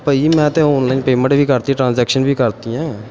ਭਾਅ ਜੀ ਮੈਂ ਤਾਂ ਔਨਲਾਈਨ ਪੇਮੈਂਟ ਵੀ ਕਰਤੀ ਟ੍ਰਾਂਜੈਕਸ਼ਨ ਵੀ ਕਰਤੀਆਂ